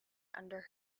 under